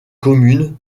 communes